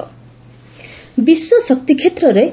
ପ୍ରଧାନ energy security ବିଶ୍ୱ ଶକ୍ତି କ୍ଷେତ୍ରର